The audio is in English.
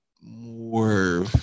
more